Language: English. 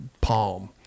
palm